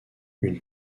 une